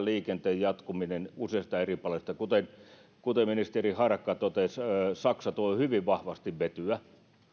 liikenteen jatkuminen tulee rakentumaan useista eri paloista kuten kuten ministeri harakka totesi saksa tuo hyvin vahvasti vetyä